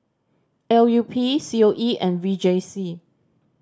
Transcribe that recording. L U P C O E and V J C